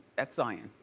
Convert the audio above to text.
that's zion.